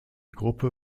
gruppe